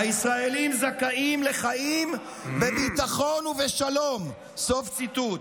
הישראלים זכאים לחיים בביטחון ובשלום, סוף ציטוט.